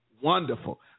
Wonderful